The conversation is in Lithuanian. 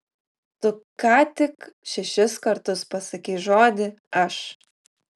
tu ką tik šešis kartus pasakei žodį aš